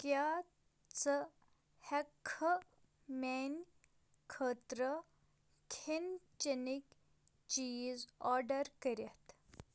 کیٛاہ ژٕ ہٮ۪کھٕ میانہِ خٲطرٕ کھٮ۪ن چَنٕکۍ چیٖز آرڈر کٔرِتھ